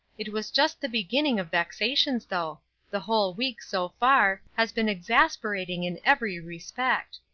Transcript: it was just the beginning of vexations, though the whole week, so far, has been exasperating in every respect.